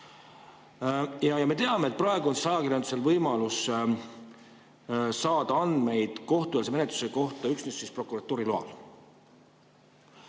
Me teame, et praegu on ajakirjandusel võimalus saada andmeid kohtueelse menetluse kohta üksnes prokuratuuri loal.